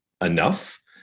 enough